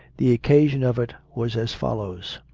the occasion of it was as follows.